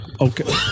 Okay